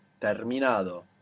terminado